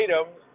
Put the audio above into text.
items